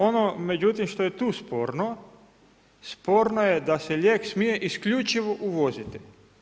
Ono međutim, što je tu sporno, sporno je da se lijek smije isključivo uvoziti.